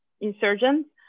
insurgents